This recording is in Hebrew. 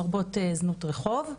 לרבות זנות רחוב.